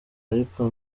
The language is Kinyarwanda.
ariko